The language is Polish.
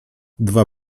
dwa